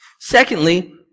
Secondly